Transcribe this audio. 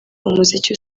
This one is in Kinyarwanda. umuziki